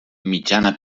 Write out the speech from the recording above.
mitjana